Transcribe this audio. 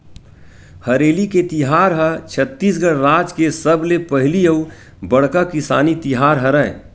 हरेली के तिहार ह छत्तीसगढ़ राज के सबले पहिली अउ बड़का किसानी तिहार हरय